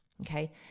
Okay